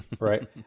Right